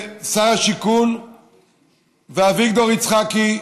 שר השיכון ואביגדור יצחקי,